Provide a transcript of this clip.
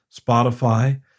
Spotify